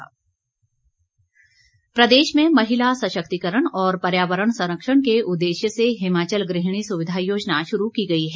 सरवीण प्रदेश में महिला सशक्तिकरण और पर्यावरण संरक्षण के उददेश्य से हिमाचल गृहिणी सुविधा योजना शुरू की गई है